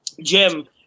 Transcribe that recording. Jim